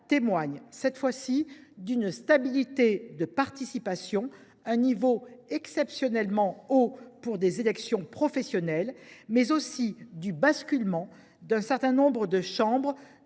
constate, cette fois ci, une stabilité de la participation – le niveau est exceptionnellement élevé pour des élections professionnelles –, mais aussi le basculement d’un certain nombre de chambres